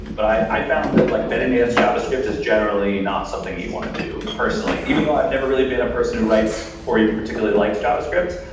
but i i found that like betting against javascript is generally not something you want to do personally. even though i've never really been a person who writes or even particularly likes javascript,